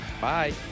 Bye